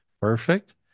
Perfect